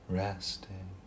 resting